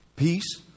Peace